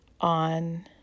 on